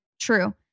true